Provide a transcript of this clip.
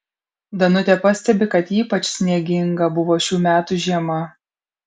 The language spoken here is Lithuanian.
danutė pastebi kad ypač snieginga buvo šių metų žiema